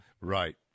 Right